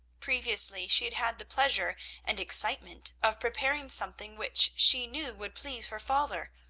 previously she had had the pleasure and excitement of preparing something which she knew would please her father,